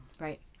Right